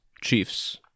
Chiefs